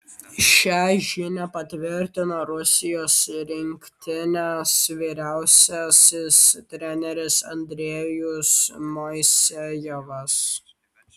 šią žinią patvirtino rusijos rinktinės vyriausiasis treneris andrejus moisejevas